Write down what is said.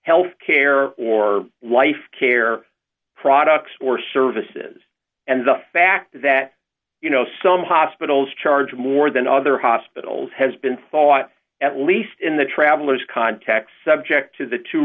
health care or life care products or services and the fact that you know some hospitals charge more than other hospitals has been thought at least in the traveller's context subject to the t